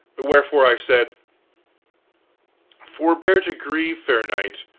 wherefore i said forbear to grieve, fair knight,